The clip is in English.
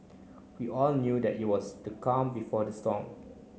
we all knew that it was the calm before the storm